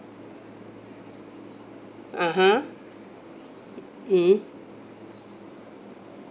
(uh huh) mm